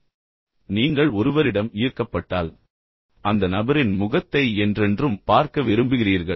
எனவே நீங்கள் ஒருவரிடம் ஈர்க்கப்பட்டால் அந்த நபரின் முகத்தை என்றென்றும் பார்க்க விரும்புகிறீர்கள்